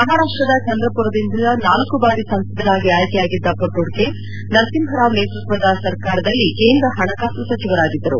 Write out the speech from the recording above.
ಮಹಾರಾಷ್ಟದ ಚಂದ್ರಪುರದಿಂದ ನಾಲ್ಕು ಬಾರಿ ಸಂಸದರಾಗಿ ಆಯ್ಕೆಯಾಗಿದ್ದ ಮೊಟ್ಟುಕೆ ಅವರು ನರಸಿಂಹ ರಾವ್ ನೇತೃತ್ವದ ಸರ್ಕಾರದಲ್ಲಿ ಕೇಂದ್ರ ಹಣಕಾಸು ಸಚಿವರಾಗಿದ್ದರು